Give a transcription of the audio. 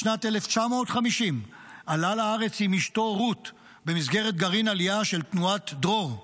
בשנת 1950 עלה לארץ עם אשתו רות במסגרת גרעין עלייה של תנועת דרור,